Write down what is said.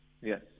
Yes